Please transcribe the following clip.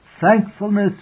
thankfulness